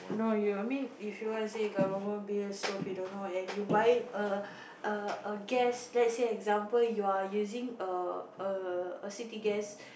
no you mean I mean if you wanna say government bill stove you don't know and you buying a a gas let's say example you're using a a city gas